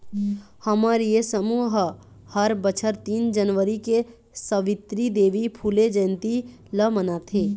हमर ये समूह ह हर बछर तीन जनवरी के सवित्री देवी फूले जंयती ल मनाथे